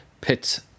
pit